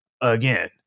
again